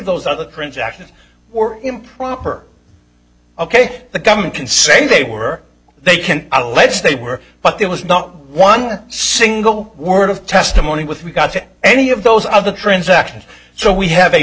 those other friends acted or improper ok the government can say they were they can allege they were but there was not one single word of testimony with we got to any of those of the transactions so we have a